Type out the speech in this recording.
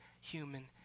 human